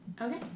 Okay